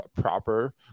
proper